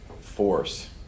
force